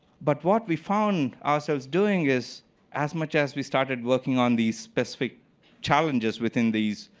but what we found ourselves doing is as much as we started working on these specific challenges within these,